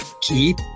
keep